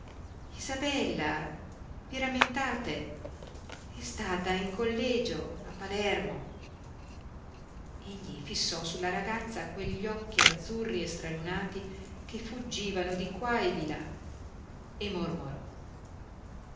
isabella vi rammentate è stata in collegio a palermo egli fissò sulla ragazza quegli occhi azzurri e stralunati che fuggivano di qua e di là e mormorò